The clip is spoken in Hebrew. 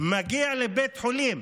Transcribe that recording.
מגיע לבית חולים